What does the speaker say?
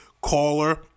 caller